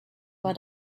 war